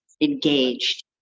engaged